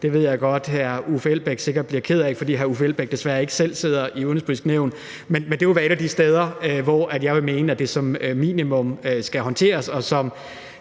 Det ved jeg godt at hr. Uffe Elbæks sikkert bliver ked af, fordi hr. Uffe Elbæk desværre ikke selv sidder i Det Udenrigspolitiske Nævn. Men det kunne jo være et af de steder, hvor jeg vil mene at det som minimum skal håndteres.